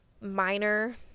minor